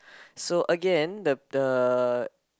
so again the the